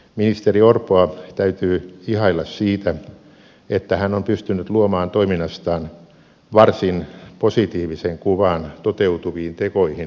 ministeri orpoa täytyy ihailla siitä että hän on pystynyt luomaan toiminnastaan varsin positiivisen kuvan toteutuviin tekoihin verrattuna